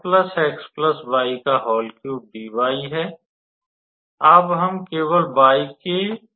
अब हम केवल y के प्रति इंटेग्रेट करते हैं